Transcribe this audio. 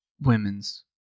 Women's